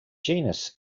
genus